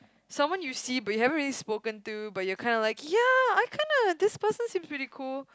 someone you see but you haven't really spoken to but you're kinda like ya I kind of this person seems pretty cool